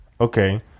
okay